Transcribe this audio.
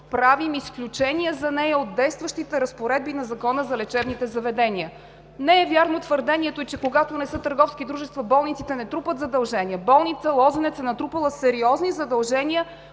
правим изключение за нея от действащите разпоредби на Закона за лечебните заведения. Не е вярно твърдението, че когато не са търговски дружества, болниците не трупат задължения. Болница „Лозенец“ е натрупала сериозни задължения,